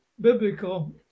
biblical